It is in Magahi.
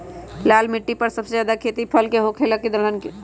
लाल मिट्टी पर सबसे ज्यादा खेती फल के होला की दलहन के?